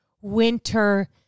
winter